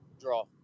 draw